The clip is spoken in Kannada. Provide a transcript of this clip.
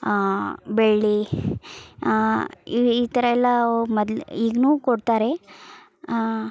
ಬೆಳ್ಳಿ ಈ ಈ ಥರ ಎಲ್ಲ ಮೊದ್ಲು ಈಗ್ಲೂ ಕೊಡ್ತಾರೆ